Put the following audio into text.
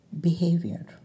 behavior